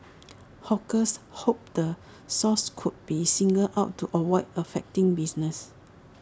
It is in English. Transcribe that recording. hawkers hoped the source could be singled out to avoid affecting business